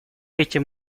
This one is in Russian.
этим